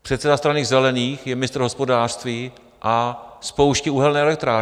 Předseda Strany zelených je ministr hospodářství a spouští uhelné elektrárny.